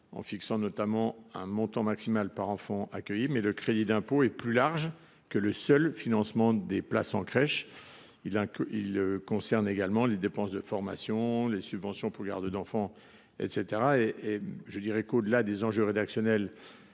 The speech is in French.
en fixant notamment un montant maximal par enfant accueilli. Or le crédit d’impôt est plus large que le seul financement des places en crèche : il concerne également les dépenses de formation, les subventions pour garde d’enfants, etc. Au delà des enjeux rédactionnels,